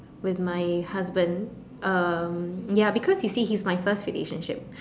with my husband um ya because you see he's my first relationship